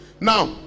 Now